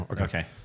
Okay